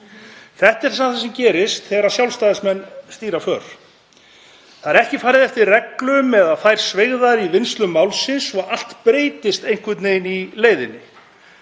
Þetta er það sem gerist þegar Sjálfstæðismenn stýra för. Það er ekki farið eftir reglum eða þær sveigðar í vinnslu málsins og allt breytist einhvern veginn í leiðinni.